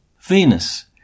Venus